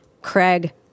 Craig